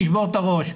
תשבור את הראש.